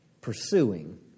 pursuing